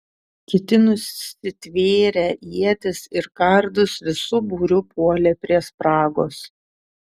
kiti nusitvėrę ietis ir kardus visu būriu puolė prie spragos